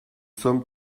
sommes